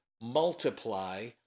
multiply